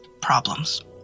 problems